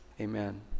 Amen